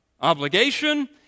obligation